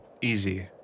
Easy